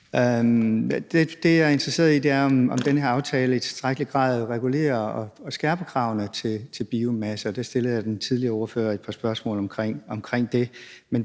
Det, jeg er interesseret i, er, om den her aftale i tilstrækkelig grad regulerer og skærper kravene til biomasse. Det stillede jeg den forrige ordfører et par spørgsmål omkring.